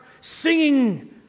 Singing